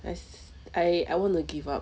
as I I want to give up